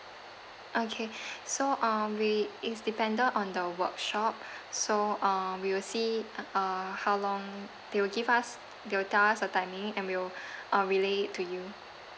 okay so uh we it's dependent on the workshop so uh we will see uh how long they will give us they will tell us the timing and we will uh relay it to you